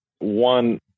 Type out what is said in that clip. One